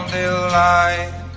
delight